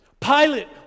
Pilate